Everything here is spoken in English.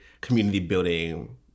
community-building